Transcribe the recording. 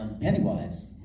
Pennywise